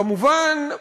כמובן,